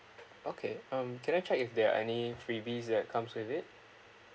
okay um can I check if there are any freebies that comes with it